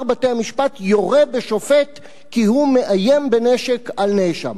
בית-המשפט יורה בשופט כי הוא מאיים בנשק על נאשם?